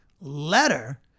letter